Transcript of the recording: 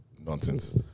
Nonsense